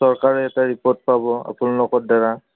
চৰকাৰে এটা ৰিপৰ্ট পাব আপোনালোকৰ দ্বাৰা